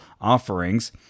offerings